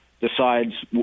decides